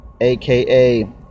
aka